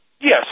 Yes